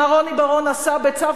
מר רוני בר-און עשה בצו